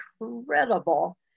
incredible